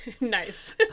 Nice